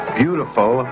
beautiful